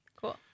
Cool